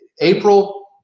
April